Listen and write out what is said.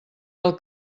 del